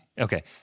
Okay